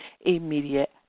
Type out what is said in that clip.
immediate